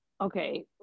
okay